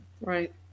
Right